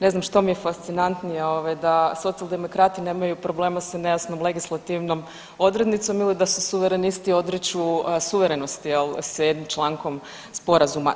Ne znam što mi je fascinantnije ovaj da socijaldemokrati nemaju problema sa nejasnom legislativnom odrednicom ili da se suverenisti odriču suverenosti jel s jednim člankom sporazuma.